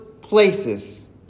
places